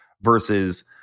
versus